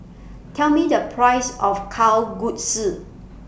Tell Me The Price of Kalguksu